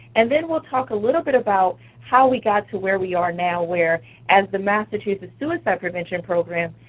and then we'll talk a little bit about how we got to where we are now, where as the massachusetts suicide prevention program,